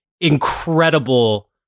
incredible